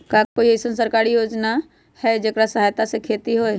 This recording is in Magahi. का कोई अईसन सरकारी योजना है जेकरा सहायता से खेती होय?